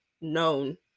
known